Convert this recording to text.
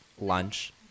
lunch